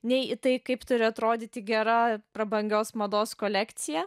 nei į tai kaip turi atrodyti gera prabangios mados kolekcija